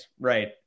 right